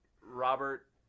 Robert